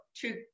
two